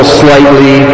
slightly